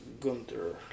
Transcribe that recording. Gunther